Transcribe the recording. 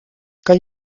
kan